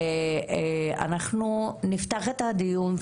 ואנחנו נפתח את הדיון,